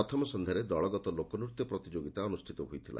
ପ୍ରଥମ ସନ୍ଧ୍ୟାରେ ଦଳଗତ ଲୋକନୃତ୍ୟ ପ୍ରତିଯୋଗିତା ହୋଇଥିଲା